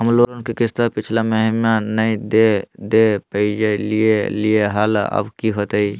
हम लोन के किस्तवा पिछला महिनवा नई दे दे पई लिए लिए हल, अब की होतई?